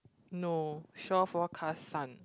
no shore forecast sun